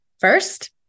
First